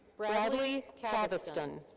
bradley caviston.